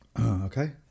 Okay